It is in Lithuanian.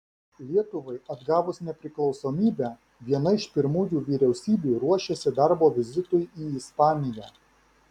lietuvai atgavus nepriklausomybę viena iš pirmųjų vyriausybių ruošėsi darbo vizitui į ispaniją